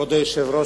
כבוד היושב-ראש,